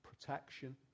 protection